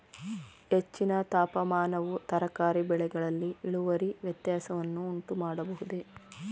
ಹೆಚ್ಚಿನ ತಾಪಮಾನವು ತರಕಾರಿ ಬೆಳೆಗಳಲ್ಲಿ ಇಳುವರಿ ವ್ಯತ್ಯಾಸವನ್ನು ಉಂಟುಮಾಡಬಹುದೇ?